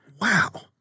Wow